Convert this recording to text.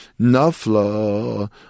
nafla